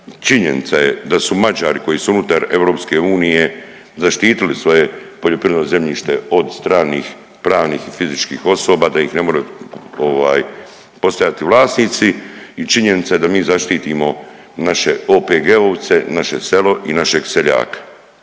činjenica je da su Mađari koji su unutar EU zaštitili svoje poljoprivredno zemljište od stranih pravnih i fizičkih osoba da ih ne more ovaj postajati vlasnici i činjenica je da mi zaštitimo naše OPG-ovce, naše selo i našeg seljaka.